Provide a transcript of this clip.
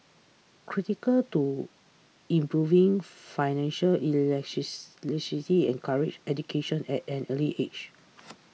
critical to improving financial encouraging education at an early age